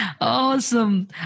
Awesome